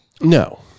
No